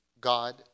God